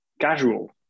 casual